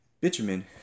Bitumen